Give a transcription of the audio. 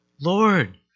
Lord